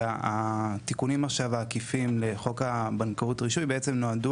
והתיקונים עכשיו העקיפים לחוק הבנקאות רישוי בעצם נועדו